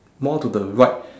more to the right